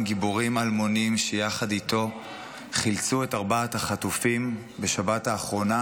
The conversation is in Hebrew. גיבורים אלמונים שיחד איתו חילצו את ארבעת החטופים בשבת האחרונה.